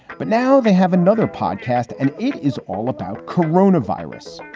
but now they have another podcast and it is all about corona virus.